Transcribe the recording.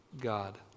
God